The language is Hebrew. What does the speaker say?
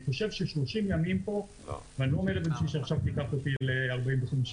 לדעתי, 30